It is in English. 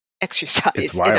exercise